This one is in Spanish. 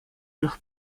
los